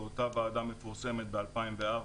אותה ועדה מפורסמת ב-2004